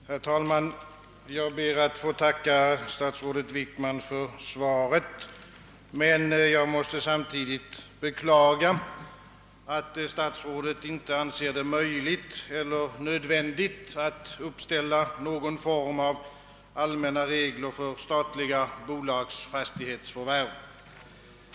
Herr talman! Jag ber att få tacka statsrådet Wickman för svaret, men jag måste samtidigt beklaga, att statsrådet inte anser det möjligt eller nödvändigt att uppställa någon form av allmänna regler för statliga bolags fastighetsförvärv.